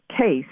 case